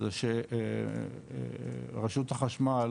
זה שרשות החשמל